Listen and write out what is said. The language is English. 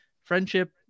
friendship